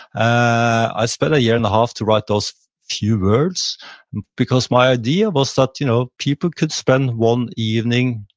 i spent a year and a half to write those few words because my idea was that you know people could spend one evening,